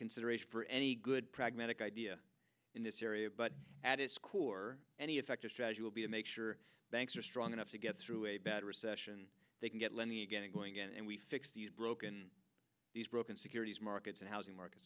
consideration for any good pragmatic idea in this area but at its core any effective strategy will be to make sure banks are strong enough to get through a bad recession they can get lending again and going again and we fix the broken these broken securities markets and housing market